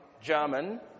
German